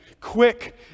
quick